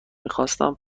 میخواستم